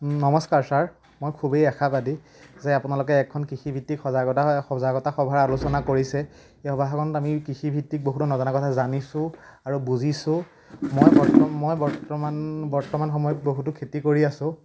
নমস্কাৰ ছাৰ মই খুবেই আশাবাদী যে আপোনালোকে এখন কৃষিভিত্তিক সজাগতা হয় সজাগতা সভাৰ আলোচনা কৰিছে এই সভাখনত আমি কৃষিভিত্তিক বহুতো নজনা কথা জানিছোঁ আৰু বুজিছোঁ মই বৰ্তমান মই বৰ্তমান বৰ্তমান সময়ত বহুতো খেতি কৰি আছোঁ